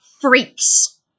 freaks